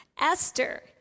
Esther